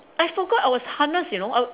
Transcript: I forgot I was harnessed you know I